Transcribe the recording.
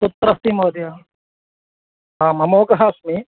कुत्र अस्ति महोदय आ अमोघः अस्मि